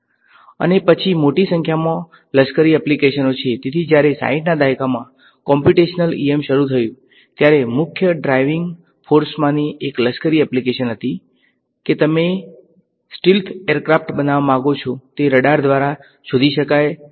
અને પછી મોટી સંખ્યામાં લશ્કરી એપ્લિકેશનો છે તેથી જ્યારે 60 ના દાયકામાં કોમ્પ્યુટેશનલ EM શરૂ થયું ત્યારે મુખ્ય ડ્રાઇવિંગ ફોર્સમાંની એક લશ્કરી એપ્લિકેશન્સ હતી કે તમે સ્ટીલ્થ એરક્રાફ્ટ બનાવવા માંગો છો તે રડાર દ્વારા શોધી શકાય તેવું ન હોવું જોઈએ